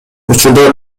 учурда